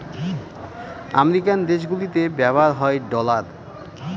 American দেশগুলিতে ব্যবহার হয় ডলার